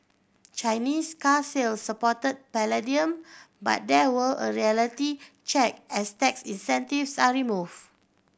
Chinese car sales support palladium but there will a reality check as tax incentives are remove